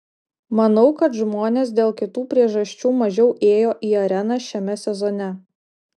manau kad žmonės dėl kitų priežasčių mažiau ėjo į areną šiame sezone